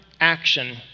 action